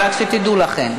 רק שתדעו לכם.